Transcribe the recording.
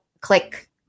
click